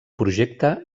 projecte